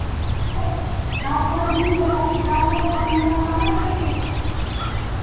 आज कल बीस हज़ार सिखाले कैमरा कहाँ लेते